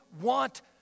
want